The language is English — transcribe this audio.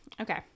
Okay